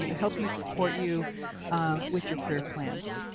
you know help you, support you with your career plans.